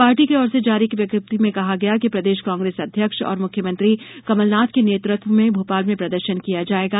party की ओर से जारी एक विज्ञप्ति में कहा गया है कि प्रदेश कांग्रेस अध्यक्ष और मुख्यमंत्री कमलनाथ के नेतृत्व में भोपाल में प्रदर्शन किया जाएगा